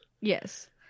Yes